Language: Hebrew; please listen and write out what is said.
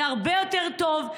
זה הרבה יותר טוב,